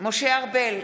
משה ארבל,